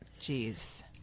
Jeez